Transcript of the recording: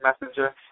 Messenger